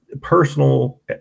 personal